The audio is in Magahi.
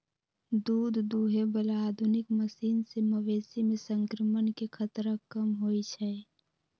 दूध दुहे बला आधुनिक मशीन से मवेशी में संक्रमण के खतरा कम होई छै